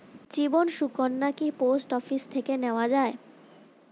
জীবন সুকন্যা কি post office থেকে নেওয়া যায়?